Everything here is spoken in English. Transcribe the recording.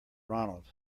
ronald